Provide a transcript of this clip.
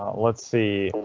let's see.